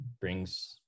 brings